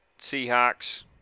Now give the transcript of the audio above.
seahawks